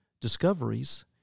Discoveries